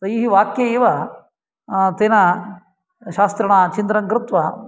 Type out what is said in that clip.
तैः वाक्यैव तेन शास्त्रिणा चिन्तनं कृत्वा